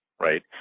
right